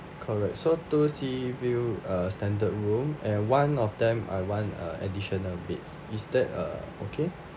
correct so two sea view uh standard room and one of them I want a additional bed is that uh okay